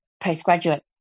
postgraduate